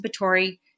participatory